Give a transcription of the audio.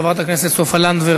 חברת הכנסת סופה לנדבר,